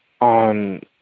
on